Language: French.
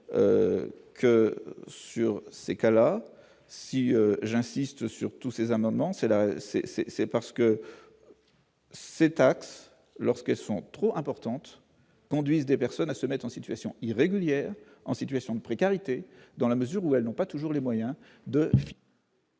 que, sur ces cas-là, si j'insiste sur tous ces amendements, c'est là, c'est, c'est c'est parce que. Ces taxes lorsqu'elles sont trop importantes, conduisent des personnes à se mettre en situation irrégulière en situation de précarité dans la mesure où elles n'ont pas toujours les moyens de.